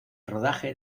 rodaje